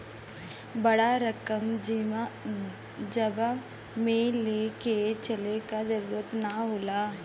बड़ा रकम जेबा मे ले के चले क जरूरत ना होला